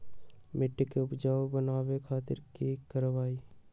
मिट्टी के उपजाऊ बनावे खातिर की करवाई?